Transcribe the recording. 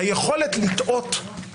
מישהו שהוא לא שליט, אין לו זכות לשגות.